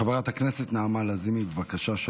חברת הכנסת נעמה לזימי, בבקשה.